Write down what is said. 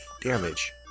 damage